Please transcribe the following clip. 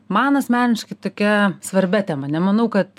man asmeniškai tokia svarbia tema nemanau kad